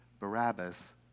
Barabbas